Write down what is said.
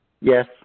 Yes